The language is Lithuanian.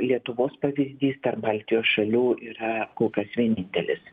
lietuvos pavyzdys tarp baltijos šalių yra kol kas vienintelis